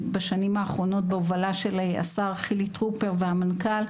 מה שהמפלגה שלי כמובן עושה ולשמחתי גם